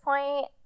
point